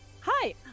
Hi